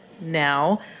now